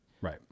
Right